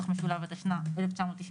התשנ"ה 1995,